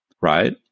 right